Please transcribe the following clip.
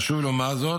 חשוב לומר זאת,